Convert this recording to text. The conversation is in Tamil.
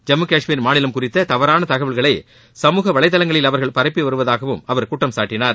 ஜம்மு காஷ்மீர் மாநிலம் குறித்த தவறான தகவல்களை சமூக வலைதளங்களில் அவர்கள் பரப்பி வருவதாகவும் அவர் குற்றம் சாட்டினார்